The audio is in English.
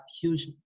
huge